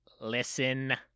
Listen